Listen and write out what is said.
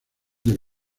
del